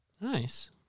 Nice